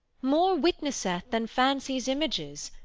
more witnesseth than fancy's images,